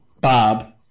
Bob